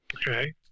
Okay